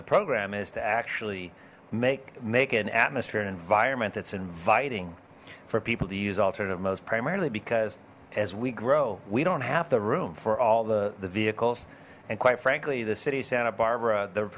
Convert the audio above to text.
the program is to actually make make an atmosphere an environment that's inviting for people to use alternative modes primarily because as we grow we don't have the room for all the the vehicles and quite frankly the city of santa barbara the